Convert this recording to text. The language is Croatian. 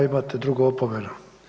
Imate drugu opomenu.